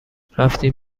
رفتیم